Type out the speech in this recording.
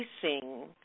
facing